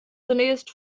zunächst